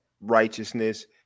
righteousness